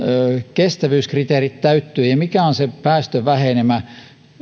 kestävyyskriteerit täyttyvät ja mikä on päästövähenemä